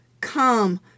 Come